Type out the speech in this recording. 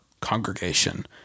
congregation